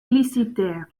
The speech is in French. publicitaires